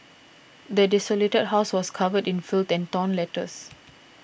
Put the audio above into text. the desolated house was covered in filth and torn letters